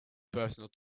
personal